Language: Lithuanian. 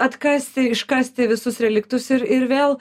atkasti iškasti visus reliktus ir ir vėl